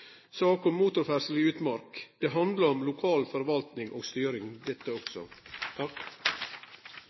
saka vil vere like fråverande og anonymt som i føregåande sak, om motorferdsel i utmark. Det handlar om lokal forvaltning og styring, dette også.